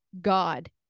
God